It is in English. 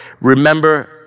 Remember